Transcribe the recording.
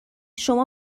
شما